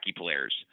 players